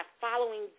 following